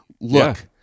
Look